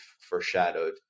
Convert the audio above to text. foreshadowed